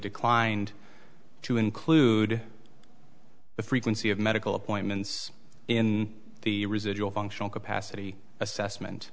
declined to include the frequency of medical appointments in the residual functional capacity assessment